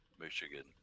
Michigan